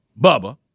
Bubba